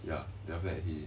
ya then after that he